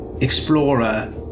Explorer